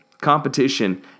Competition